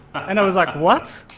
and i was like, what.